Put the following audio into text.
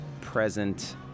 present